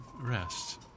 rest